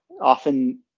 often